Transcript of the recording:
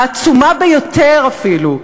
העצומה ביותר אפילו,